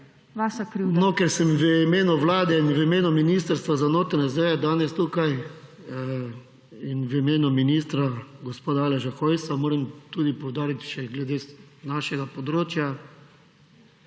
KANGLER:** No, ker sem že v imenu Vlade in v imenu Ministrstva za notranje zadeve danes tukaj in v imenu ministra gospoda Aleša Hojsa, moram tudi poudariti še glede našega področja,